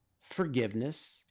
forgiveness